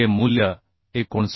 चे मूल्य 59